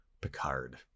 Picard